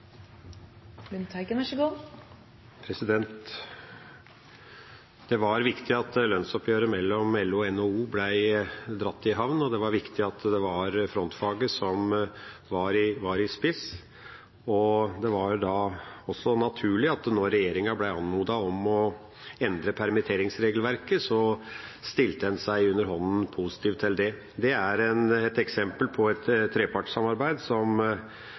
Det var viktig at lønnsoppgjøret mellom LO og NHO ble dratt i havn, og det var viktig at det var frontfaget som var i spiss. Det var da også naturlig at når regjeringa ble anmodet om å endre permitteringsregelverket, så stilte en seg underhånden positiv til det. Det er et eksempel på et trepartssamarbeid som